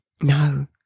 No